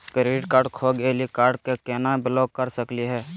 Credit card खो गैली, card क केना ब्लॉक कर सकली हे?